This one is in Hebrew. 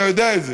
אתה יודע את זה,